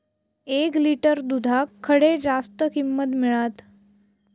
एक लिटर दूधाक खडे जास्त किंमत मिळात?